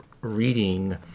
reading